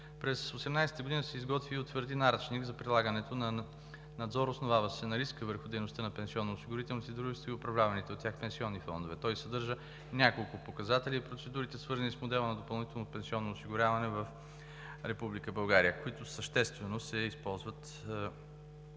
През 2018 г. се изготви и утвърди Наръчник за прилагане на надзор, основаващ се на риска върху дейността на пенсионноосигурителните дружества и управляваните от тях пенсионни фондове. Той съдържа няколко показателя и процедурите, свързани с модела на допълнително пенсионно осигуряване в Република България, които също се използват